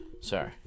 Sorry